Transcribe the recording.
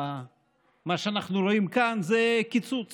מה שאנחנו רואים כאן זה קיצוץ